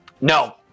no